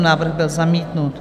Návrh byl zamítnut.